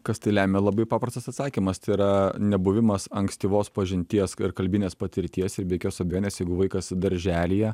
kas tai lemia labai paprastas atsakymas tai yra nebuvimas ankstyvos pažinties ir kalbinės patirties ir be jokios abejonės jeigu vaikas darželyje